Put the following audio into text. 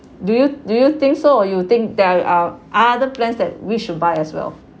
do you do you think so or you think there are other plans that we should buy as well